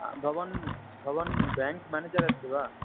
हा भवान् भवान् बेङ्क् मेनेजर् अस्ति वा